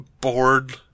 bored